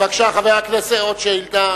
בבקשה, חבר הכנסת, עוד שאילתא.